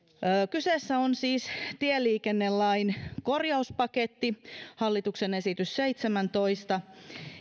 kyseessä on siis tieliikennelain korjauspaketti hallituksen esitys seitsemäntoista